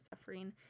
suffering